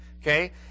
Okay